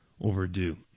overdue